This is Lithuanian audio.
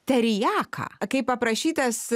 teriaką kaip aprašytas